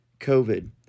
COVID